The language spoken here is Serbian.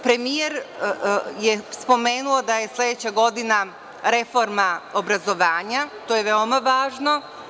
Premijer je spomenuo da je sledeća godina reforma obrazovanja, što je veoma važno.